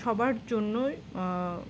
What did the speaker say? সবার জন্যই